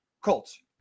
Colts